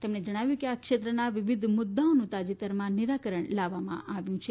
તેમણે જણાવ્યું છે કે આ ક્ષેત્રના વિવિધ મુદ્દાઓની તાજેતરમાં નીરાકરણ લાવવામાં આવ્યું છે